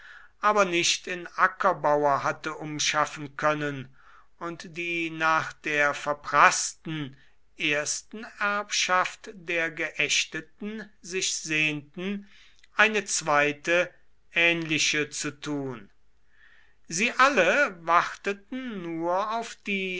aber nicht in ackerbauer hatte umschaffen können und die nach der verpraßten ersten erbschaft der geächteten sich sehnten eine zweite ähnliche zu tun sie alle warteten nur auf die